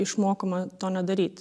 išmokoma to nedaryt